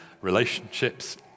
relationships